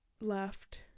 left